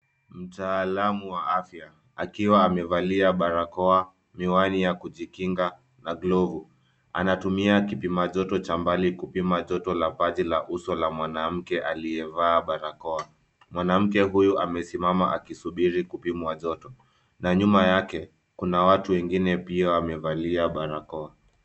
Mtaalamu wa afya akiwa amevalia barakoa, miwani ya kujikinga na glovu. Anatumia kipima joto cha mbali kupima joto la paji la uso la mwanamke aliyevaa barakoa. Mwanamke huyu amesimama akisubiri kupimwa joto na nyuma yake kuna watu wengine pia wamevalia barakoa.